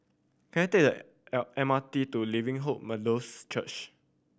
can I take the L M R T to Living Hope Methodist Church